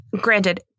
granted